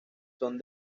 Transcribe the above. son